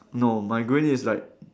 no my green is like